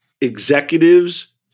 Executives